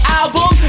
album